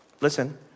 listen